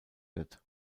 wird